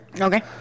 Okay